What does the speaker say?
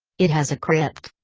it has a crypt?